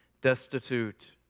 destitute